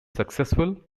successful